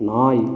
நாய்